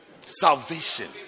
Salvation